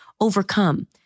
overcome